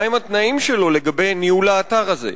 מה התנאים שלו לגבי ניהול האתר הזה?